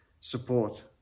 support